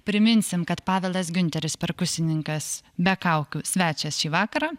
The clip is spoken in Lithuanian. priminsim kad pavelas giunteris perkusininkas be kaukių svečias šį vakarą